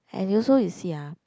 and you also you see ah